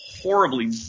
Horribly